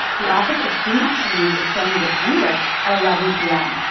the office of student activities is showing the commuter at eleven p m.